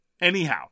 Anyhow